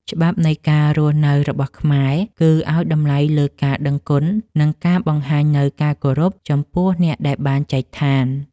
ច្បាប់នៃការរស់នៅរបស់ខ្មែរ គឺឱ្យតម្លៃលើការដឹងគុណ និងការបង្ហាញនូវការគោរពចំពោះអ្នកដែលបានចែកឋាន។